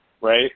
right